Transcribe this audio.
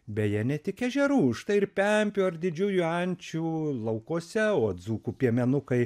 beje ne tik ežerų o štai ir pempių ar didžiųjų ančių laukuose o dzūkų piemenukai